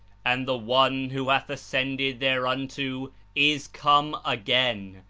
and the one who hath ascended there unto is come again,